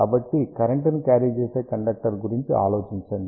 కాబట్టి కరెంట్ ని క్యారీ చేసే కండక్టర్ గురించి ఆలోచించండి